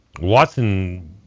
Watson